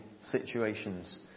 situations